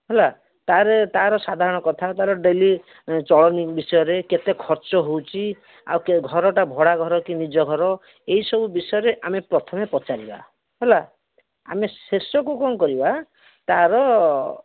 ହେଲା ତାହେଲେ ତା'ର ସାଧାରଣ କଥା ତା'ର ଡ଼େଲି ଚଳନି ବିଷୟରେ କେତେ ଖର୍ଚ୍ଚ ହେଉଛି ଆଉ କେଉଁ ଘରଟା ଭଡ଼ା ଘର କି ନିଜ ଘର ଏଇସବୁ ବିଷୟରେ ଆମେ ପ୍ରଥମେ ପଚାରିବା ହେଲା ଆମେ ଶେଷକୁ କ'ଣ କରିବା ତା'ର